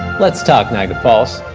let's talk niagara falls.